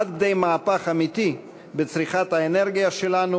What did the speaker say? עד כדי מהפך אמיתי בצריכת האנרגיה שלנו